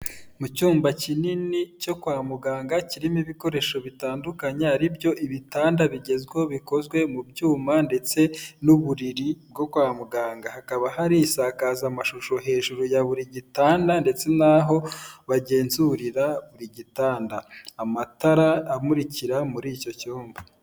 Mu cyumba kinini cyo kwa muganga kirimo ibikoresho bitandukanye, ari byo ibitanda bigezweho bikozwe mu byuma ndetse n'uburiri bwo kwa muganga, hakaba hari isakazamashusho hejuru ya buri gitanda, ndetse naho bagenzurira buri gitanda, amatara amurikira muri icyo cyumba.